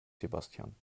sebastian